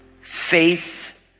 faith